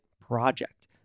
project